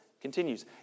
Continues